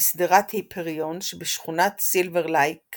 בשדרת היפריון שבשכונת סילבר לייק